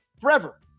forever